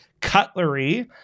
cutlery